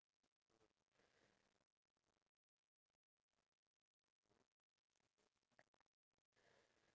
what happens if let's say the government allows singapore to